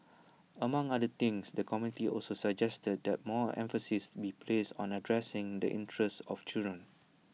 among other things the committee also suggested that more emphasis be placed on addressing the interests of children